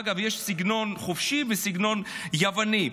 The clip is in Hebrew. אגב, יש סגנון חופשי וסגנון יווני.